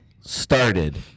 started